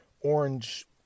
orange